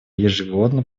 ежегодно